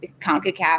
CONCACAF